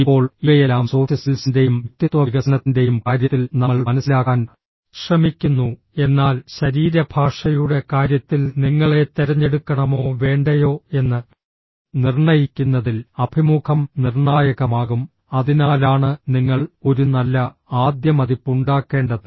ഇപ്പോൾ ഇവയെല്ലാം സോഫ്റ്റ് സ്കിൽസിന്റെയും വ്യക്തിത്വ വികസനത്തിന്റെയും കാര്യത്തിൽ നമ്മൾ മനസിലാക്കാൻ ശ്രമിക്കുന്നു എന്നാൽ ശരീരഭാഷയുടെ കാര്യത്തിൽ നിങ്ങളെ തിരഞ്ഞെടുക്കണമോ വേണ്ടയോ എന്ന് നിർണ്ണയിക്കുന്നതിൽ അഭിമുഖം നിർണായകമാകും അതിനാലാണ് നിങ്ങൾ ഒരു നല്ല ആദ്യ മതിപ്പ് ഉണ്ടാക്കേണ്ടത്